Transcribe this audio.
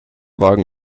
wagen